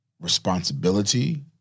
responsibility